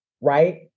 right